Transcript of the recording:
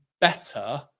better